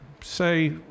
say